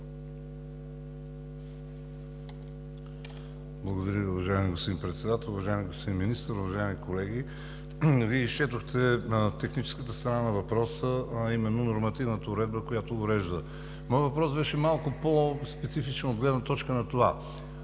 Благодаря Ви, уважаеми господин Председател. Уважаеми господин Министър, уважаеми колеги! Вие изчетохте техническата страна на въпроса, а именно нормативната уредба, която урежда. Моят въпрос беше малко по-специфичен от гледна точка на това